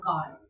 God